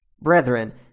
Brethren